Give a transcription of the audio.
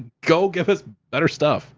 go give us better stuff